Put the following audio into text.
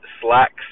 slacks